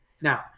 Now